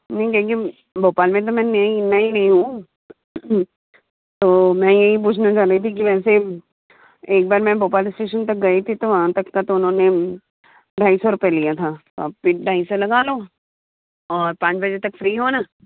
नहीं लेकिन भोपाल में तो मैं नई नई नई हूँ तो मैं यही पूछना चाह रही थी कि मैं जैसे एक बार मैं भोपाल स्टेशन तक गई थी तो वहाँ तक का तो उन्होंने ढाई सौ रुपये लिया था अब फिर ढाई सौ लगा लो और पाँच बजे तक फ़्री हो ना